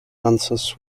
answers